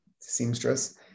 seamstress